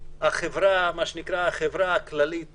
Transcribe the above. החברה הכללית